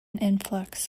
influx